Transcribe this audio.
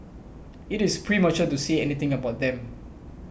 it is premature to say anything about them